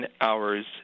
hours